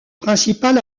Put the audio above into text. principal